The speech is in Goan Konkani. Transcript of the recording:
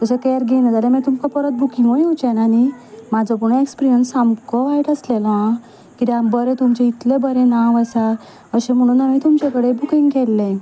तशें केअर घेयना जाल्यार मागीर तुमकं बुकिंगय येवचे ना न्ही म्हजो पूण एक्सपिरियन्स सामको वायट आसलेलो हा किद्या बरें तुमचें इतलें बरें नांव आसा अशें म्हणून हांवें तुमचे कडेन बुकींग केल्लें